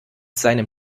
seinem